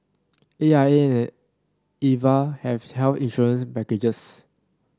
A I A and Aviva have health insurance packages